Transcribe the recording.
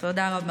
תודה רבה.